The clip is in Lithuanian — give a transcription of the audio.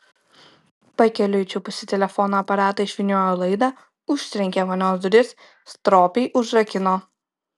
pakeliui čiupusi telefono aparatą išvyniojo laidą užtrenkė vonios duris stropiai užrakino